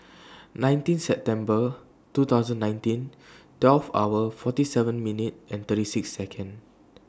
nineteen September two thousand and nineteen twelve hour forty seven minute thirty six Second